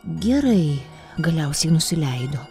gerai galiausiai nusileido